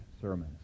sermons